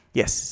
yes